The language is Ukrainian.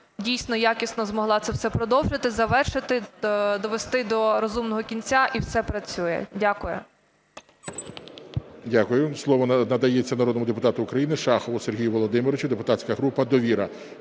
дійсно якісно змогла це вже продовжити, завершити, довести до розумного кінця, і все працює. Дякую.